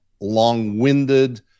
long-winded